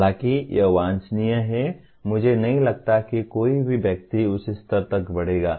हालांकि यह वांछनीय है मुझे नहीं लगता कि कोई भी व्यक्ति उस स्तर तक बढ़ेगा